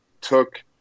took